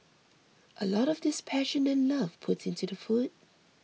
a lot of this passion and love put into the food